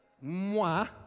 moi